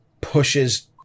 pushes